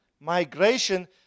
migration